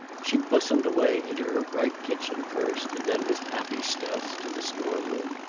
she bustled away, into her bright kitchen first, and then with happy stealth to the store-room.